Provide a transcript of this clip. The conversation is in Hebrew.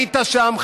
היית שם,